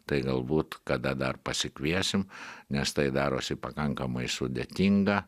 tai galbūt kada dar pasikviesim nes tai darosi pakankamai sudėtinga